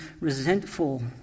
resentful